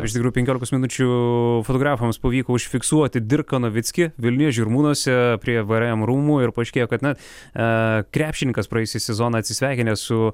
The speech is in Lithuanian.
iš tikrųjų penkiolikos minučių fotografams pavyko užfiksuoti dirką novickį vilniuje žirmūnuose prie vrm rūmų ir paaiškėjo kad na a krepšininkas praėjusį sezoną atsisveikinęs su